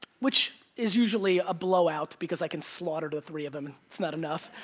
which is usually a blowout because i can slaughter the three of them. and it's not enough.